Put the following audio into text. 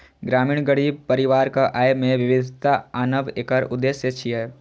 ग्रामीण गरीब परिवारक आय मे विविधता आनब एकर उद्देश्य छियै